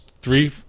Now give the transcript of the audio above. three